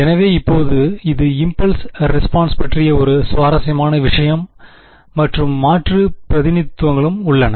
எனவே இப்போது இது இம்பல்ஸ் ரெஸ்பான்ஸ் பற்றிய ஒரு சுவாரஸ்யமான விஷயம் மற்றும் மாற்று பிரதிநிதித்துவங்களும் உள்ளன